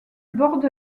borde